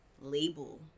label